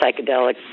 psychedelic